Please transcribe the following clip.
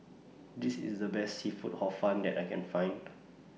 This IS The Best Seafood Hor Fun that I Can Find